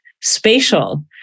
spatial